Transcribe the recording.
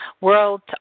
world